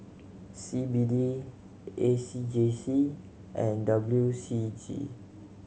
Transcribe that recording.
C B D A C J C and W C G